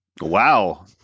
Wow